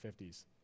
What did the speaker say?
50s